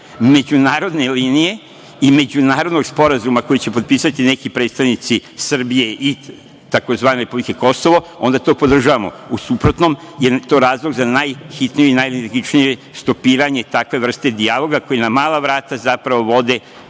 međunarodne linije i međunarodnog sporazuma koji će potpisati neki predstavnici Srbije i tzv. republike Kosovo, onda to podržavamo, u suprotnom je to razlog za najhitnije i najenergičnije stopiranje takve vrste dijaloga, koji na mala vrata, zapravo, vode